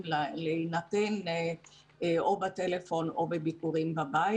להינתן או בטלפון או בביקורים בבית.